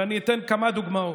ואני אתן כמה דוגמאות.